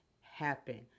happen